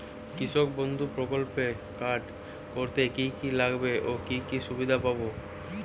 কৃষক বন্ধু প্রকল্প কার্ড করতে কি কি লাগবে ও কি সুবিধা পাব?